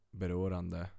berörande